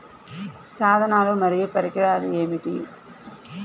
సాధనాలు మరియు పరికరాలు ఏమిటీ?